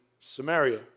Samaria